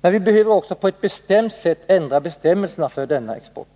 Men vi behöver också på ett bestämt sätt ändra reglerna för denna export.